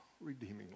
redeeming